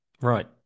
Right